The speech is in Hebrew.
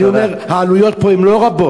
אני אומר, העלויות פה הן לא רבות,